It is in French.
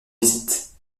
visite